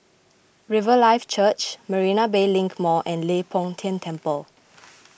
Riverlife Church Marina Bay Link Mall and Leng Poh Tian Temple